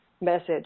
message